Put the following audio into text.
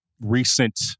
recent